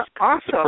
Awesome